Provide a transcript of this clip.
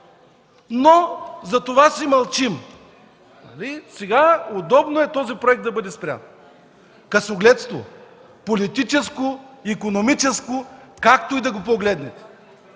но затова си мълчим. Сега е удобно този проект да бъде спрян. Късогледство – политическо, икономическо, както и да го погледнете!